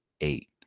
Eight